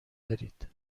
دارید